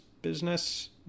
business